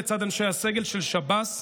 לצד אנשי הסגל של שב"ס,